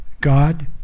God